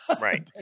Right